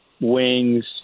wings